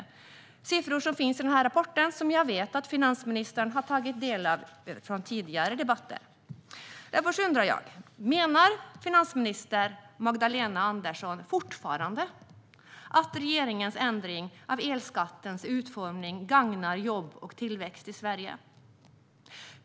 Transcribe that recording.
Dessa siffror finns i den rapport som jag nu visar upp och som jag från tidigare debatter vet att finansministern har tagit del av. Därför undrar jag: Menar finansminister Magdalena Andersson fortfarande att regeringens ändring av elskattens utformning gagnar jobb och tillväxt i Sverige?